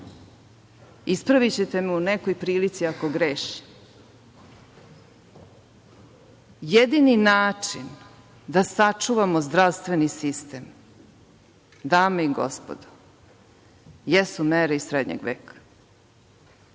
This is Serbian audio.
Ispravićete me u nekoj prilici, ako grešim, jedini način da sačuvamo zdravstveni sistem, dame i gospodo, jesu mere iz srednjeg veka